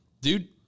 dude